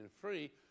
free